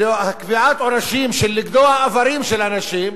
לקביעת עונשים של לגדוע איברים של אנשים,